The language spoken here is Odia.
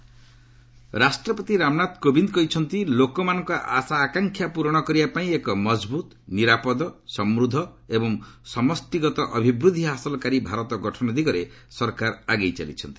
ପ୍ରେଜ୍ ଆଡ୍ରେସ୍ ରାଷ୍ଟ୍ରପତି ରାମନାଥ କୋବିନ୍ଦ କହିଛନ୍ତି ଲୋକମାନଙ୍କ ଆଶା ଆକାଂକ୍ଷା ପୂରଣ କରିବା ପାଇଁ ଏକ ମଜବୁତ୍ ନିରାପଦ ସମୃଦ୍ଧ ଏବଂ ସମଷ୍ଟିଗତ ଅଭିବୃଦ୍ଧି ହାସଲକାରୀ ଭାରତ ଗଠନ ଦିଗରେ ସରକାର ଆଗେଇ ଚାଲିଛନ୍ତି